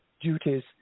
duties